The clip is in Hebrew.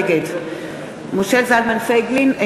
נגד משה זלמן פייגלין,